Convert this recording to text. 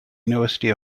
university